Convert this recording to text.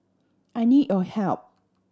I need your help